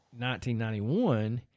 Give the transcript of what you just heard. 1991